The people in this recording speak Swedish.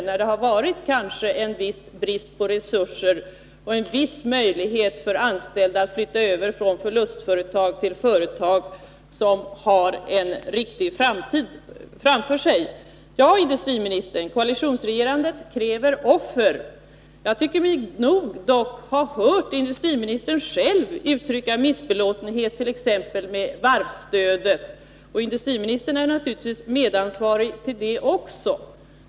Då har det kanske varit en viss brist på resurser och en viss möjlighet för anställda att flytta över från förlustföretag till företag som har en riktig framtid. Ja, industriministern, koalitionsregerandet kräver offer. Jag tycker mig dock ha hört industriministern själv uttrycka missbelåtenhet med t.ex. varvsstödet. Industriministern är naturligtvis medansvarig även i det sammanhanget.